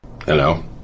Hello